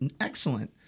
Excellent